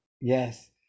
yes